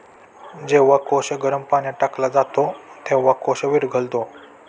जेव्हा कोश गरम पाण्यात टाकला जातो, तेव्हा कोश पाण्यात विरघळतो